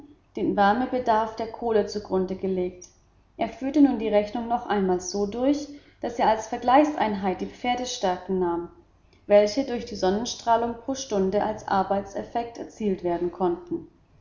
den wärmewert der kohle zugrunde gelegt er führte nun die rechnung noch einmal so durch daß er als vergleichseinheit die pferdestärken nahm welche durch die sonnenstrahlung pro stunde als arbeitseffekt erzielt werden konnten